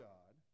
God